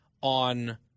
on